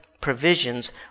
provisions